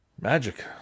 magic